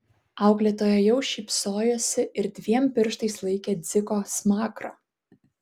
auklėtoja jau šypsojosi ir dviem pirštais laikė dziko smakrą